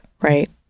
right